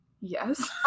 Yes